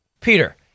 Peter